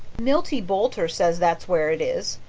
milty boulter says that's where it is.